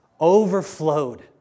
overflowed